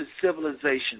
civilization